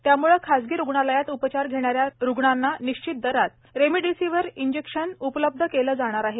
त्यामुळे खाजगी रुग्णालयात उपचार घेणाऱ्या रुग्णांना निश्चित दरात रेमडीसीव्हर इंजेक्शन उपलब्ध केले जाणार आहे